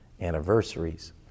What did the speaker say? anniversaries